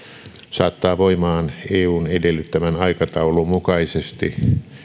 saattaa voimaan eun edellyttämän aikataulun mukaisesti